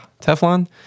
Teflon